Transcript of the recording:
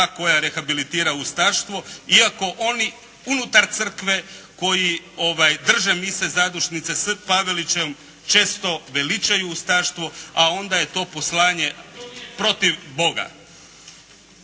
koja rehabilitira ustaštvo iako oni unutar crkve koji drže mise zadušnice s Pavelićem često veličaju ustaštvo, a onda je to poslanje protiv Boga.